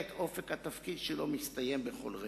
את אופק התפקיד שלו מסתיים בכל רגע.